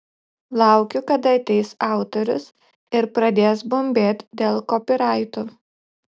laukiu kada ateis autorius ir pradės bumbėt dėl kopyraitų